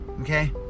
Okay